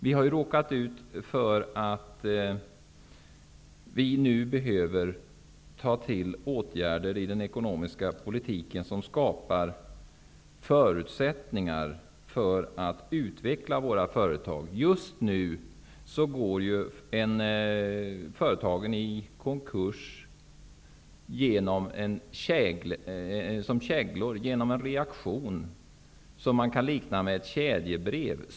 Vi har ju råkat i en situation där det behövs åtgärder inom den ekonomiska politiken som skapar förutsättningar för en utveckling av våra företag. Just nu faller företagen som käglor. Reaktionen kan liknas vid kedjebrev.